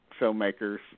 filmmakers